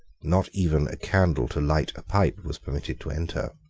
not even a candle to light a pipe was permitted to enter.